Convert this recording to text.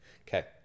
okay